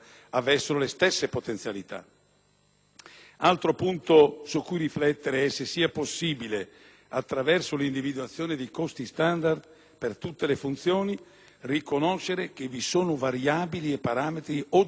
Altro punto su cui riflettere è se sia possibile, attraverso l'individuazione di costi standard per tutte le funzioni, riconoscere che vi sono variabili e parametri oggettivi di natura geografica